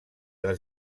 les